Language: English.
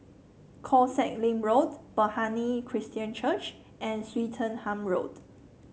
Koh Sek Lim Road Bethany Christian Church and Swettenham Road